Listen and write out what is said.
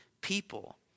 people